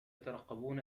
يترقبون